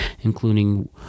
including